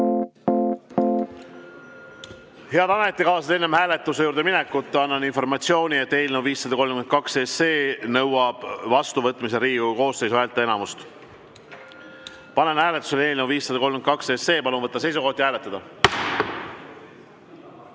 Head ametikaaslased, enne hääletuse juurde minekut annan informatsiooni, et eelnõu 532 nõuab vastuvõtmiseks Riigikogu koosseisu häälteenamust. Panen hääletusele eelnõu 532. Palun võtta seisukoht ja hääletada!